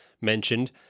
mentioned